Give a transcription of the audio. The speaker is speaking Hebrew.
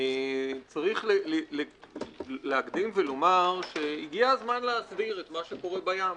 צריך להקדים ולומר שהגיע הזמן להסדיר את מה שקורה בים.